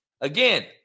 Again